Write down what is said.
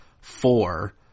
four